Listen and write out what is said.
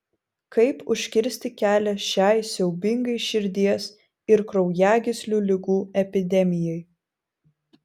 kaip užkirsti kelią šiai siaubingai širdies ir kraujagyslių ligų epidemijai